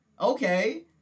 Okay